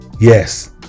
Yes